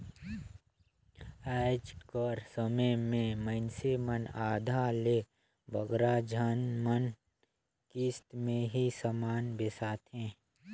आएज कर समे में मइनसे मन आधा ले बगरा झन मन किस्त में ही समान बेसाथें